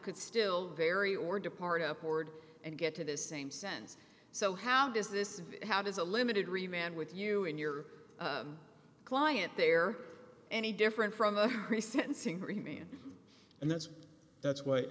could still very or depart upward and get to the same sense so how does this how does a limited remain with you and your client there any different from a pretty sentencing remain and that's that's what